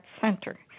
center